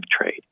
trade